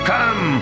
Come